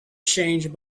changed